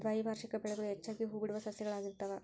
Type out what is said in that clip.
ದ್ವೈವಾರ್ಷಿಕ ಬೆಳೆಗಳು ಹೆಚ್ಚಾಗಿ ಹೂಬಿಡುವ ಸಸ್ಯಗಳಾಗಿರ್ತಾವ